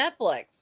Netflix